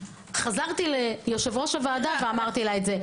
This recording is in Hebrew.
חזרתי ליושבת-ראש הוועדה ואמרתי לה את זה.